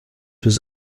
was